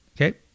okay